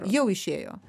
jau išėjo